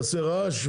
הוא יעשה רעש.